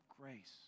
grace